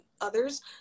others